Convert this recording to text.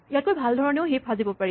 ইয়াতকৈ ভাল ধৰণে আমি হিপ সাজিব পাৰি